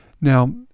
now